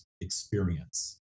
experience